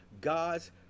God's